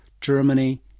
Germany